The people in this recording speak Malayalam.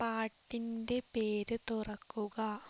പാട്ടിന്റെ പേര് തുറക്കുക